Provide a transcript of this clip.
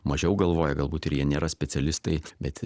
mažiau galvoja galbūt ir jie nėra specialistai bet